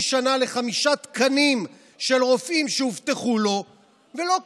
שנה לחמישה תקנים של רופאים שהובטחו לו ולא קיבל.